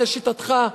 לשיטתך,